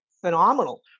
phenomenal